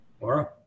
Laura